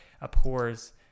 abhors